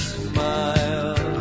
smile